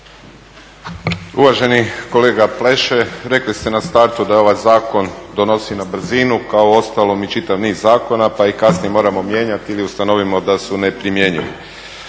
Uvaženi kolega Pleše rekli ste na startu da se ovaj zakon donosi na brzinu kao uostalom i čitav niz zakona pa ih kasnije moramo mijenjati ili ustanovimo da su neprimjenjivi.